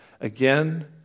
Again